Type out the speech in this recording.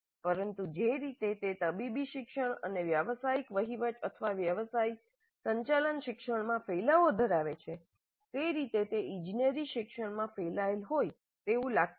પરંતુ જે રીતે તે તબીબી શિક્ષણ અને વ્યવસાયિક વહીવટ અથવા વ્યવસાય સંચાલન શિક્ષણ માં ફેલાવો ધરાવે છે તે રીતે તે ઇજનેરી શિક્ષણ માં ફેલાયેલ હોય એવું લાગતું નથી